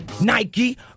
Nike